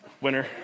winner